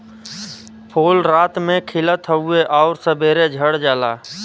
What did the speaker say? फूल रात में खिलत हउवे आउर सबेरे झड़ जाला